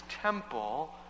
temple